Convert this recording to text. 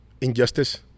Injustice